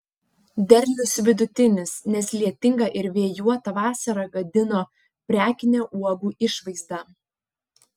derlius vidutinis nes lietinga ir vėjuota vasara gadino prekinę uogų išvaizdą